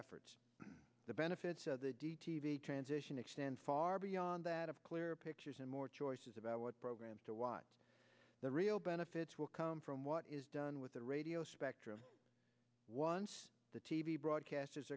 efforts the benefits of the d t v transition extends far beyond that of clear pictures and more choices about what programs to watch the real benefits will come from what is done with the radio spectrum once the t v broadcasters